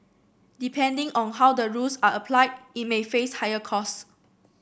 depending on how the rules are applied it may face higher costs